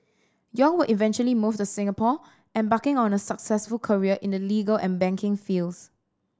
Yong would eventually move to Singapore embarking on a successful career in the legal and banking fields